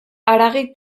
haragi